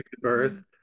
birth